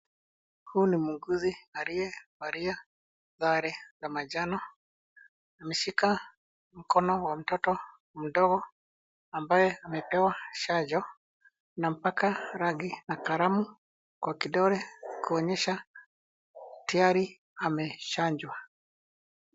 Huyu ni muuguzi aliyevalia sare ya manjano, ameshika mkono wa mtoto mdogo ambaye amepewa chanjo anampaka rangi na kalamu kwa kidole kuonyesha tayari amechanjwa.